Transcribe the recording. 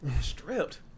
Stripped